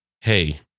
Hey